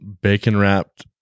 bacon-wrapped